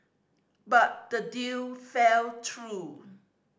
but the deal felt through